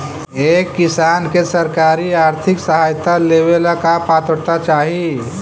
एक किसान के सरकारी आर्थिक सहायता लेवेला का पात्रता चाही?